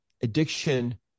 addiction